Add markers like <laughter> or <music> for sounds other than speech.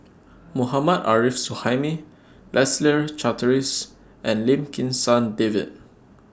<noise> Mohammad Arif Suhaimi Leslie Charteris and Lim Kim San David